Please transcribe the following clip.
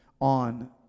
on